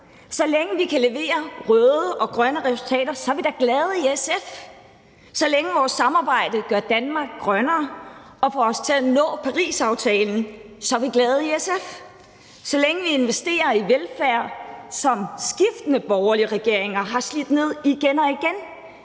så længe vi kan levere røde og grønne resultater, er vi da i SF glade; så længe vores samarbejde gør Danmark grønnere og det får os til at nå Parisaftalen, så er vi i SF glade; så længe vi investerer i velfærd, som skiftende borgerlige regeringer igen og igen